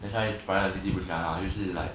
that's why brian 弟弟不喜欢他就是 like